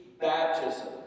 baptism